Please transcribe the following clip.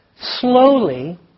slowly